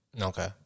Okay